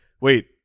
wait